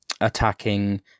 attacking